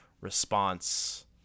response